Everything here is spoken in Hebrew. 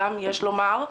יש לומר.